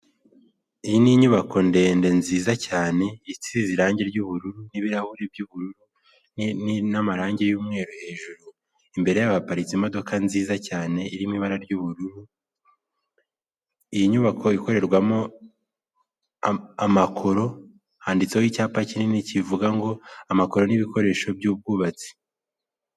Iyi ni inyubako ndende nziza cyane, isize irangi ry'ubururu n'ibirahuri by'ubururu nini n'amarangi y'umweru hejuru, imbere y'abaparitse imodoka nziza cyane irimo ibara ry'ubururu. Iyi nyubako ikorerwamo amakoro, handitseho icyapa kinini kivuga ngo; amakoro n'ibikoresho by'ubwubatsi.